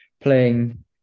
playing